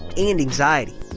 and anxiety.